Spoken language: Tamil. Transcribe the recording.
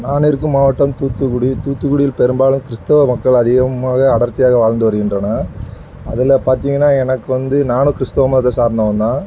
நான் இருக்கும் மாவட்டம் தூத்துக்குடி தூத்துக்குடியில் பெரும்பாலும் கிறிஸ்தவம் மக்கள் அதிகமாக அடர்த்தியாக வாழ்ந்து வருகின்றனர் அதில் பார்த்திங்கன்னா எனக்கு வந்து நானும் கிறிஸ்தவம் மதத்தை சார்ந்தவன் தான்